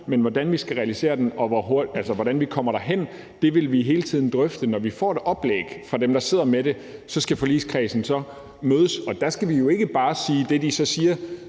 men hvordan vi skal realisere den, og hvordan vi kommer derhen, vil vi hele tiden drøfte. Når vi får et oplæg fra dem, der sidder med det, så skal forligskredsen mødes, og der skal vi jo ikke bare sige, at det, de så siger,